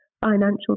financial